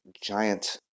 giant